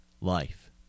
life